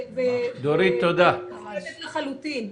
ומתפקדת לחלוטין.